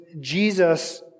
Jesus